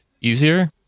easier